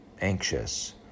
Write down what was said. anxious